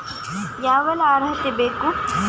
ಯಾವೆಲ್ಲ ಅರ್ಹತೆ ಬೇಕು?